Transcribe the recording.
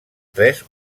tres